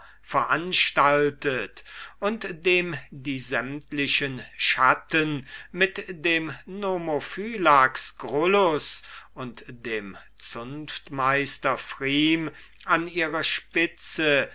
veranstaltet und dem die sämtlichen schatten mit dem nomophylax gryllus und dem zunftmeister pfrieme an ihrer spitze